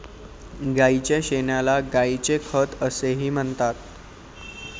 गायीच्या शेणाला गायीचे खत असेही म्हणतात